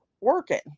working